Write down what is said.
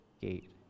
gate